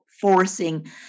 forcing